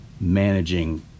managing